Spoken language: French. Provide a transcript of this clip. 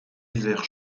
vert